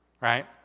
right